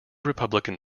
republican